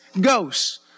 ghosts